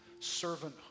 servanthood